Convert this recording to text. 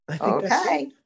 Okay